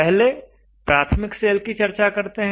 पहले प्राथमिक सेल की चर्चा करते हैं